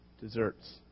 desserts